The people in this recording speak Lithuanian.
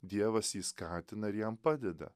dievas jį skatina ir jam padeda